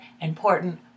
important